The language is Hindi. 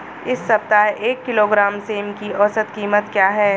इस सप्ताह एक किलोग्राम सेम की औसत कीमत क्या है?